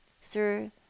Sir